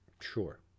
Sure